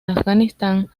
afganistán